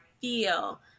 feel